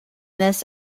this